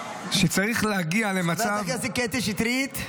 חברת הכנסת קטי שטרית.